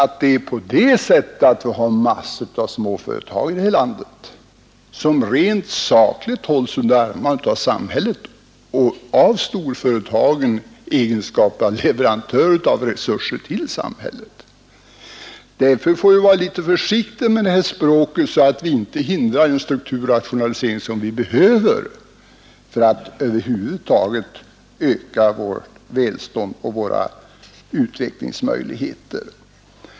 Jag tror att massor av småföretag här i landet faktiskt hålls under armarna av samhället och av storföretagen i egenskap av leverantörer av resurser till samhället. Därför får vi vara något försiktiga med sådana här uttalanden så att vi inte hindrar en strukturrationalisering, som behövs för att över huvud taget öka vårt välstånd och våra utvecklingsmöjligheter.